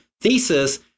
thesis